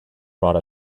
brought